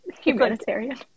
Humanitarian